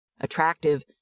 attractive